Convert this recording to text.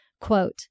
Quote